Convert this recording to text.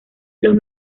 los